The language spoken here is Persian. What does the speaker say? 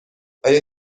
آیا